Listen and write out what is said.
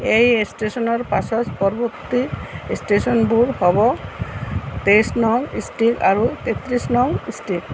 এই ষ্টেশ্যনৰ পাছত পৰৱৰ্তী ষ্টেশ্যনবোৰ হ'ব তেইছ নং ষ্ট্ৰীট আৰু তেত্ৰিছ নং ষ্ট্ৰীট